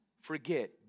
forget